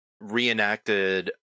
reenacted